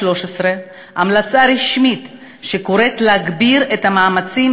המלצה רשמית שקוראת להגביר את המאמצים,